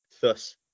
thus